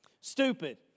stupid